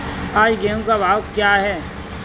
आज गेहूँ का भाव क्या है?